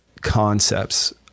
concepts